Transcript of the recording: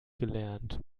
gelernt